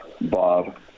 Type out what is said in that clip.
Bob